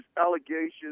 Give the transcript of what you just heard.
allegations